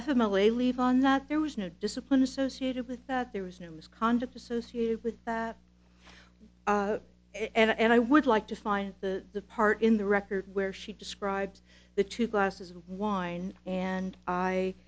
l a leave on that there was no discipline associated with that there was no misconduct associated with that and i would like to find the part in the record where she describes the two glasses of wine and i